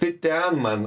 tai ten man